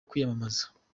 kwiyamamaza